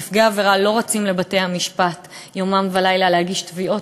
נפגעי עבירה לא רצים לבתי-המשפט יומם ולילה להגיש תביעות.